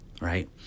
right